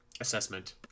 assessment